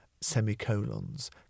semicolons